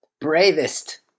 bravest